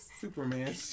Superman